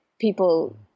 people